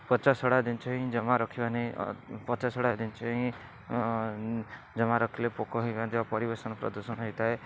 ପଚାସଢ଼ା ଜିନିଷ ହିଁ ଜମା ରଖିବାନି ପଚାସଢ଼ା ଜିନିଷ ହିଁ ଜମା ରଖିଲେ ପୋକ ହୋଇଥାନ୍ତି ମଧ୍ୟ ପରିବେଶ ପ୍ରଦୂଷଣ ହୋଇଥାଏ